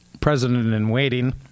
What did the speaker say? president-in-waiting